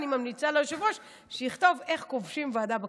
אני ממליצה ליושב-ראש שיכתוב איך כובשים ועדה בכנסת,